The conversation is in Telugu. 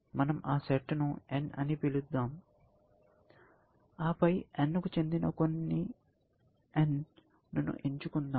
మనం ఆ సెట్ ను N అని పిలుద్దాం ఆపై N కు చెందిన కొన్ని n ను ఎంచుకుందాం